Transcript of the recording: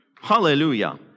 hallelujah